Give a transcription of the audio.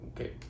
Okay